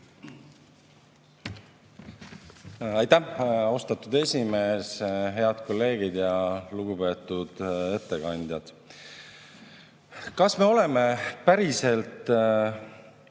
Aitäh, austatud esimees! Head kolleegid ja lugupeetud ettekandjad! Kas me oleme päriselt